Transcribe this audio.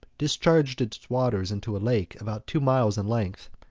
discharged its waters into a lake about two miles in length,